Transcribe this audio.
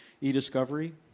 e-discovery